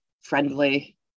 friendly